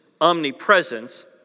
omnipresence